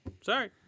Sorry